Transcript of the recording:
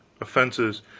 offenses,